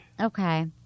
Okay